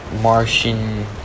Martian